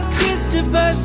Christopher